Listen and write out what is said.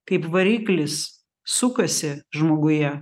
kaip variklis sukasi žmoguje